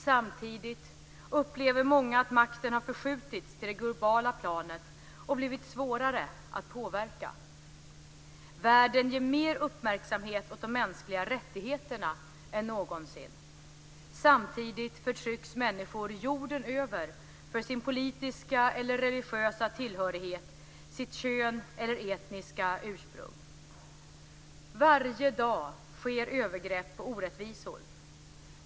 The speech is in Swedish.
Samtidigt upplever många att makten har förskjutits till det globala planet och blivit svårare att påverka. Världen ger mer uppmärksamhet åt de mänskliga rättigheterna än någonsin. Samtidigt förtrycks människor jorden över för sin politiska eller religiösa tillhörighet, sitt kön eller etniska ursprung. Varje dag sker övergrepp och orättvisor.